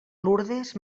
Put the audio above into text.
lourdes